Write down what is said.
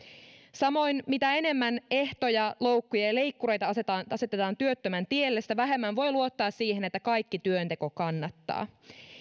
samoin mitä enemmän ehtoja loukkuja ja leikkureita asetetaan työttömän tielle sitä vähemmän voi luottaa siihen että kaikki työnteko kannattaa